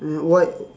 then why